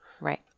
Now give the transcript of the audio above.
Right